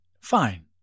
Fine